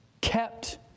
Kept